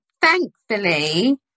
thankfully